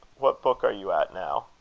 what book are you at now?